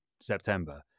September